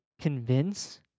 convince